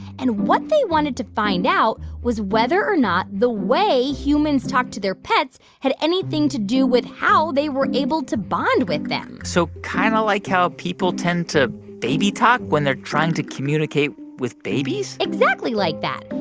and what they wanted to find out was whether or not the way humans talk to their pets had anything to do with how they were able to bond with them so kind of like how people tend to baby talk when they're trying to communicate with babies exactly like that.